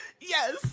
yes